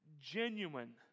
genuine